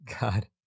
God